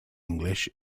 english